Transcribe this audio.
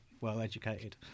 well-educated